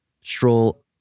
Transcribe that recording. Stroll